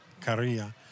career